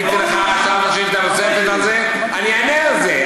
עניתי לך גם על שאלה נוספת על זה ------ אני אענה על זה,